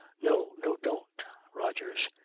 no, no, don't rogers.